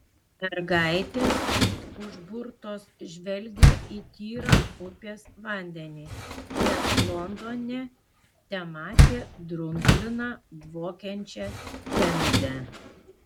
mergaitės it užburtos žvelgė į tyrą upės vandenį nes londone tematė drumzliną dvokiančią temzę